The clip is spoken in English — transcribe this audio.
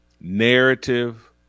narrative